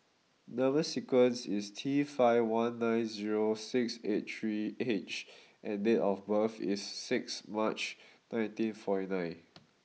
number sequence is T five one nine zero six eight three H and date of birth is six March nineteen forty nine